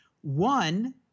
One